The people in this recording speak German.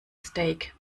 steak